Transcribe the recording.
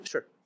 Sure